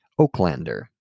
Oaklander